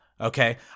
okay